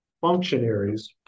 functionaries